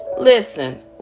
Listen